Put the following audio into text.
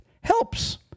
helps